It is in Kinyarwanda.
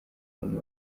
bamwe